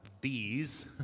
bees